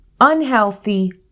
unhealthy